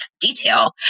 detail